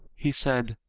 he said,